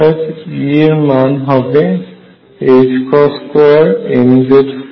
অর্থাৎ E এর মান হবে 2mz22mR2